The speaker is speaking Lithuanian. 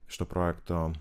šito projekto